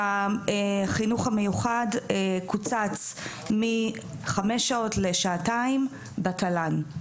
שהחינוך המיוחד קוצץ מ-5 שעות לשעתיים בתל"ן.